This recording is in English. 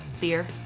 beer